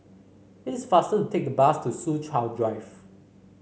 it is faster to take the bus to Soo Chow Drive